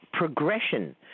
Progression